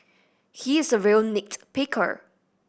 he is a real nit picker